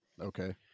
Okay